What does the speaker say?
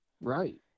Right